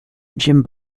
jim